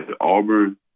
Auburn